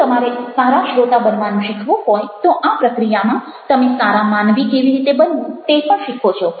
જો તમારે સારા શ્રોતા બનવાનું શીખવુ હોય તો આ પ્રક્રિયામાં તમે સારા માનવી કેવી રીતે બનવું તે પણ શીખો છો